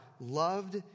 loved